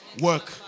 Work